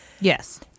Yes